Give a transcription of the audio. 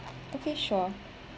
okay sure